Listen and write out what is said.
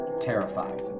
terrified